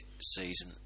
season